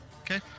Okay